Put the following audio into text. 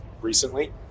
recently